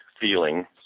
feeling